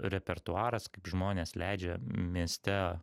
repertuaras kaip žmonės leidžia mieste